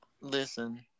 listen